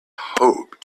hoped